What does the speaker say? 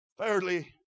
Thirdly